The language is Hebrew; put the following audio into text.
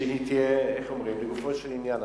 שתהיה לגופו של עניין.